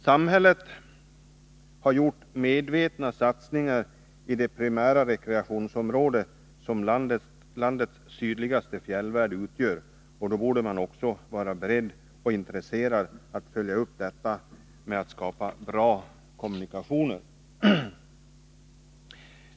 Samhället har gjort stora satsningar i det primära rekreationsområde som landets sydligaste fjällvärld utgör, och då borde man också vara beredd och intresserad av att följa upp detta med att skapa bra kommunikationer.